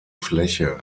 fläche